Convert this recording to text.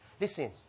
Listen